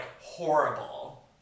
horrible